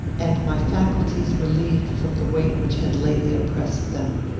and my faculties relieved from the weight which had lately oppressed them.